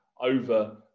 over